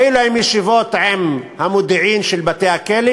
היו להם ישיבות עם המודיעין של בתי-הכלא,